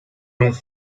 long